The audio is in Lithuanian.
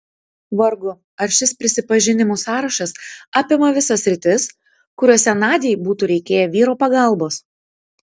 vargu ar šis prisipažinimų sąrašas apima visas sritis kuriose nadiai būtų reikėję vyro pagalbos